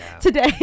today